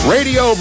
Radio